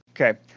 Okay